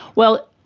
well,